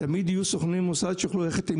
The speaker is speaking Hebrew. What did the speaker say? תמיד יהיו סוכני מוסד שיוכלו ללכת עם